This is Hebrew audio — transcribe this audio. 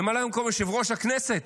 ממלא מקום יושב-ראש הכנסת,